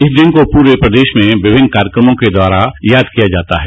इस दिन को पूरे प्रदेश में विभिन्न कार्यक्रमों के द्वारा याद किया जाता है